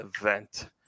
event